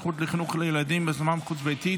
הזכות לחינוך לילדים בהשמה חוץ-ביתית),